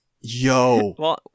Yo